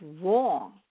wrong